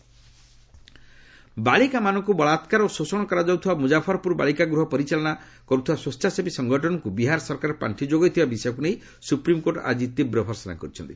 SC and Muzaffarpur ବାଳିକାମାନଙ୍କୁ ବଳାତ୍କାର ଓ ଶୋଷଣ କରାଯାଉଥିବା ମୁଜାଫରପୁର ବାଳିକାଗୃହ ପରିଚାଳନା କରୁଥିବା ସ୍ୱଚ୍ଛାସେବୀ ସଂଗଠନକୁ ବିହାର ସରକାର ପାର୍ଷି ଯୋଗାଉଥିବା ବିଷୟକୁ ନେଇ ସୁପ୍ରିମ୍କୋର୍ଟ ଆଜି ତୀବ୍ର ଭର୍ସନା କରିଛନ୍ତି